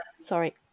sorry